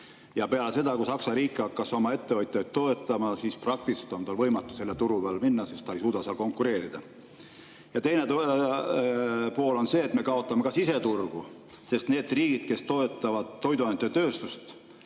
Aga peale seda, kui Saksa riik hakkas oma ettevõtjaid toetama, on tal praktiliselt võimatu sellele turule minna, sest ta ei suuda konkureerida. Teine pool on see, et me kaotame ka siseturgu. Sest need riigid, kes toetavad toiduainetööstust,